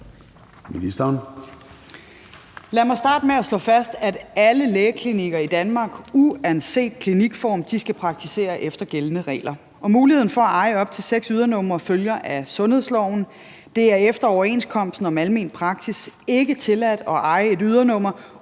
Lad mig starte med at slå fast, at alle lægeklinikker i Danmark uanset klinikform skal praktisere efter gældende regler, og muligheden for at eje op til seks ydernumre følger af sundhedsloven. Det er efter overenskomsten om almen praksis ikke tilladt at eje et ydernummer